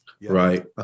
right